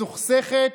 מסוכסכת,